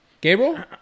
Gabriel